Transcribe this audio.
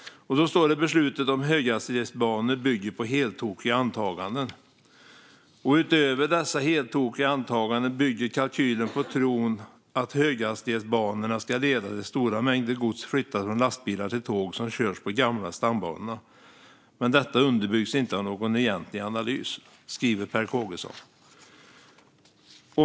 Där står det: Beslutet om höghastighetsbanor bygger på heltokiga antaganden. Det står också följande: Utöver dessa heltokiga antaganden bygger kalkylen på tron att höghastighetsbanorna ska leda till att stora mängder gods flyttas från lastbilar till tåg som körs på de gamla stambanorna. Men detta underbyggs inte av någon egentlig analys. Så skriver Per Kågeson.